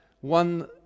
one